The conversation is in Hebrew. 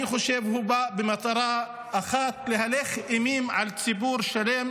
אני חושב שהוא בא במטרה אחת: להלך אימים על ציבור שלם,